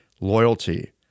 loyalty